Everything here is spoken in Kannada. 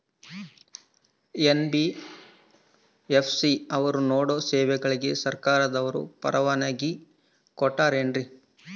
ಎನ್.ಬಿ.ಎಫ್.ಸಿ ಅವರು ನೇಡೋ ಸೇವೆಗಳಿಗೆ ಸರ್ಕಾರದವರು ಪರವಾನಗಿ ಕೊಟ್ಟಾರೇನ್ರಿ?